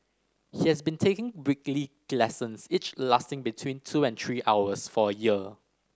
he has been taking weekly lessons each lasting between two and three hours for a year